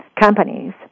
companies